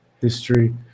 history